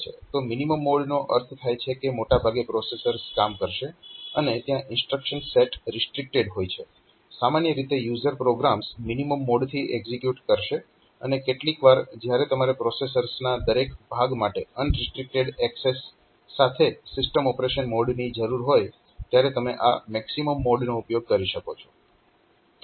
તો મિનીમમ મોડનો અર્થ થાય છે કે મોટા ભાગે પ્રોસેસર કામ કરશે અને ત્યાં ઇન્સ્ટ્રક્શન સેટ રિસ્ટ્રીક્ટેડ હોય છે સામાન્ય રીતે યુઝર પ્રોગ્રામ્સ મિનીમમ મોડથી એક્ઝિક્યુટ કરશે અને કેટલીક વાર જ્યારે તમારે પ્રોસેસરના દરેક ભાગ માટે અનરિસ્ટ્રીક્ટેડ એક્સેસ સાથે સિસ્ટમ ઓપરેશન મોડની જરૂર હોય ત્યારે તમે આ મેક્સીમમ મોડનો ઉપયોગ કરી શકો છો